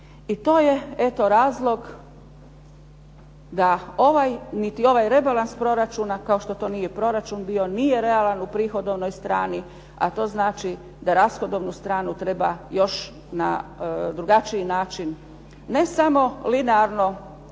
I to je eto razlog da niti ovaj rebalans proračuna, kao što to nije proračun bio, nije realan u prihodovnoj strani, a to znači da rashodovnu stranu treba još na drugačiji način, ne samo linearno